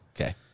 Okay